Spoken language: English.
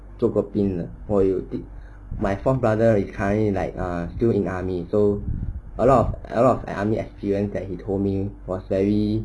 做过兵的所以 my fourth brother is currently like still in army so a lot of a lot of army experience that he told me was very